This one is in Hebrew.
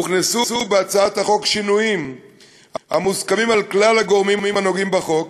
הוכנסו בהצעת החוק שינויים המוסכמים על כלל הגורמים הנוגעים בחוק